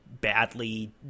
badly